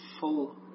full